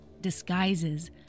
disguises